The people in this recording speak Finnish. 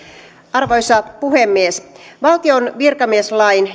arvoisa puhemies valtion virkamieslain